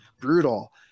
brutal